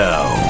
Now